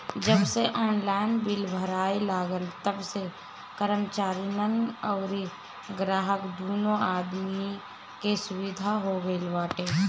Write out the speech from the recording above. जबसे online bill भराए लागल तबसे कर्मचारीन अउरी ग्राहक दूनो आदमी के सुविधा हो गईल बाटे